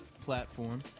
platform